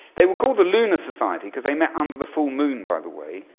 they were called the lunar society because they met under the full moon, by the way,